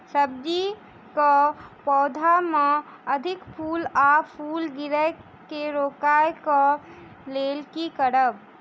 सब्जी कऽ पौधा मे अधिक फूल आ फूल गिरय केँ रोकय कऽ लेल की करब?